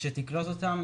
שתקלוט אותם